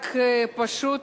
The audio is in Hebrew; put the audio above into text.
רק פשוט,